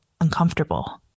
uncomfortable